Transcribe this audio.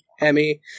emmy